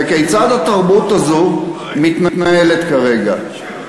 וכיצד התרבות הזאת מתנהלת כרגע?